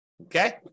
okay